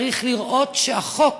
צריך לראות שהחוק